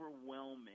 overwhelming